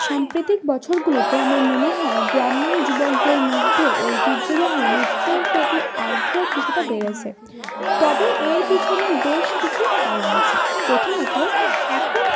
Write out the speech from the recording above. সাম্প্রতিক বছরগুলিতে আমার মনে হয় গ্রামীণ যুবকদের মধ্যে ঐতিহ্যবাহী নৃত্যের প্রতি আগ্রহ কিছুটা বেড়েছে তবে এর পিছনে বেশ কিছু কারণ আছে প্রথমত এখন